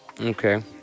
Okay